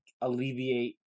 alleviate